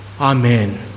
amen